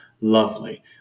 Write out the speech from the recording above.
lovely